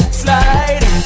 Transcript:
slide